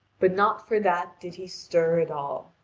but not for that did he stir at all.